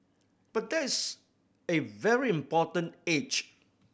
but that's a very important age